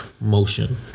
motion